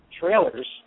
trailers